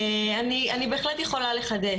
אני באמת יכולה לחדש,